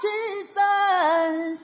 Jesus